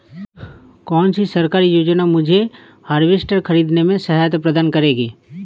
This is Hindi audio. कौन सी सरकारी योजना मुझे हार्वेस्टर ख़रीदने में सहायता प्रदान करेगी?